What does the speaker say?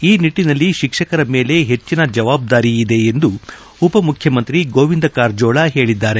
ಈ ನಿಟ್ಟನಲ್ಲಿ ಶಿಕ್ಷಕರ ಮೇಲೆ ಹೆಚ್ಚಿನ ಜವಾಬ್ದಾರಿ ಇದೆ ಎಂದು ಉಪ ಮುಖ್ಚಮಂತ್ರಿ ಗೋವಿಂದ ಕಾರಜೋಳ ಹೇಳಿದ್ದಾರೆ